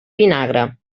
vinagre